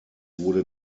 wurde